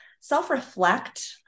self-reflect